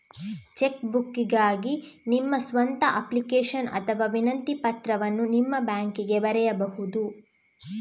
check ಬುಕ್ಗಾಗಿ ನಿಮ್ಮ ಸ್ವಂತ ಅಪ್ಲಿಕೇಶನ್ ಅಥವಾ ವಿನಂತಿ ಪತ್ರವನ್ನು ನಿಮ್ಮ ಬ್ಯಾಂಕಿಗೆ ಬರೆಯಬಹುದು